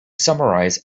summarize